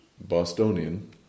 Bostonian